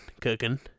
cooking